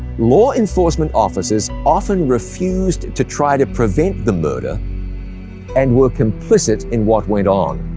law enforcement officers often refused to try to prevent the murder and were complicit in what went on.